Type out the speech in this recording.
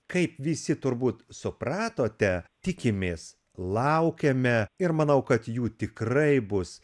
kaip visi turbūt supratote tikimės laukiame ir manau kad jų tikrai bus